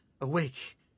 awake